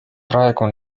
praegu